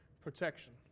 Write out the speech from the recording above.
protection